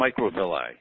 microvilli